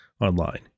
online